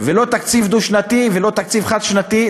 ולא תקציב דו-שנתי ולא תקציב חד-שנתי.